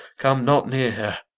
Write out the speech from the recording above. come not near her.